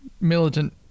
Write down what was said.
militant